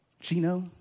Gino